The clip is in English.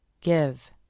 Give